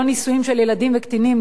לא נישואים של ילדים וקטינים,